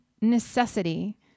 Necessity